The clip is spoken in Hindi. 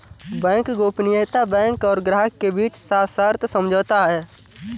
बैंक गोपनीयता बैंक और ग्राहक के बीच सशर्त समझौता है